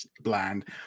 Bland